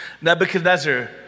Nebuchadnezzar